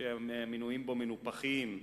שהמינויים בו מנופחים.